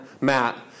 Matt